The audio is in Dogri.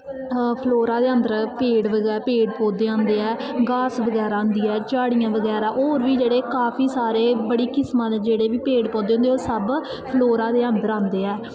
फ्लोरा दे अंदर पेड़ बगै पेड़ पौधे आंदे ऐ घास बगैरै झाड़ियां बगैरा होर बी काफी सारे बड़ी किसमां दे जेह्ड़े बी पेड़ पौधे होंदे ओह् सब फ्लोरा दे अन्दर आंदे ऐ